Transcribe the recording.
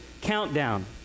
countdown